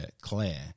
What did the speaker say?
Claire